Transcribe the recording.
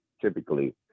Typically